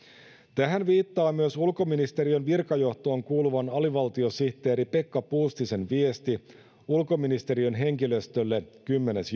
tähän viittaa myös ulkoministeriön virkajohtoon kuuluvan alivaltiosihteeri pekka puustisen viesti ulkoministeriön henkilöstölle kymmenes